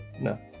No